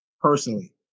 personally